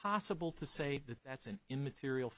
possible to say that that's an immaterial